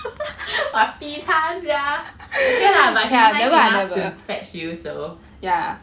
!wah! 逼她 sia okay lah but nice enough to fetch you so